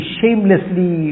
shamelessly